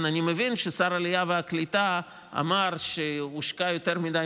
אני מבין ששר העלייה והקליטה אמר שהושקעו יותר מדי